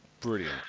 Brilliant